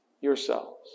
yourselves